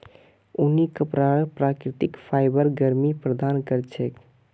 ऊनी कपराक प्राकृतिक फाइबर गर्मी प्रदान कर छेक